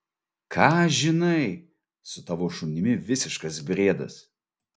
ką aš žinai su tavo šunimi visiškas briedas